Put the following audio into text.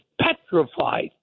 petrified